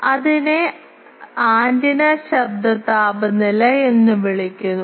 അതിനാൽ അതിനെ ആന്റിന ശബ്ദ താപനില എന്ന് വിളിക്കുന്നു